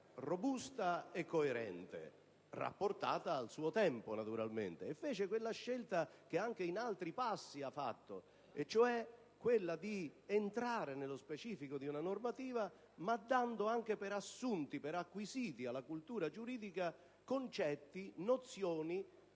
robusta e coerente, rapportata al suo tempo naturalmente, e fece quella scelta che anche in altri passi ha fatto, cioè di entrare nello specifico di una normativa ma dando anche per assunti, per acquisiti alla cultura giuridica concetti e nozioni